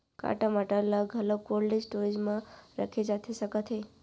का टमाटर ला घलव कोल्ड स्टोरेज मा रखे जाथे सकत हे?